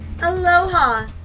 Aloha